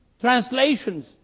translations